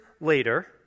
later